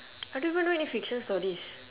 I don't even know any fiction stories